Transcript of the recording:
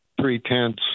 three-tenths